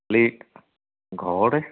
ঘৰতে